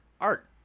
Art